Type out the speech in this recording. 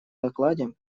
докладе